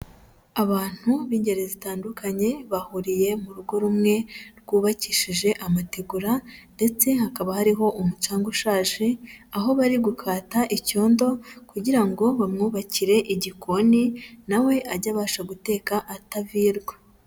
Abantu b'ingeri zitandukanye bahuriye mu rugo rumwe rwubakishije amategura ndetse hakaba hariho umucanga ushaje, aho bari gukata icyondo kugira ngo bamwubakire igikoni nawe ajye abasha guteka atavirwa.